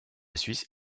suisse